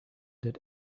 that